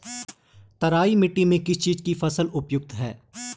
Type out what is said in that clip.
तराई मिट्टी में किस चीज़ की फसल उपयुक्त है?